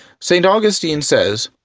st. augustine says,